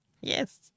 Yes